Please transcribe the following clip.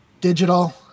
Digital